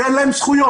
כי אין להם זכויות.